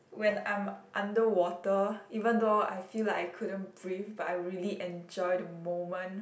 when I'm under water even though I feel like I couldn't breathe but I really enjoy the moment